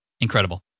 Incredible